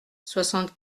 soixante